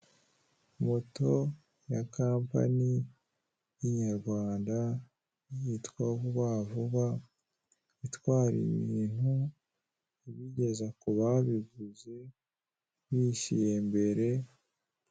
Moto ya kampani y'inyarwanda yitwa vuba vuba itwara ibintu ibigeza ku babivuze bishyuye mbere.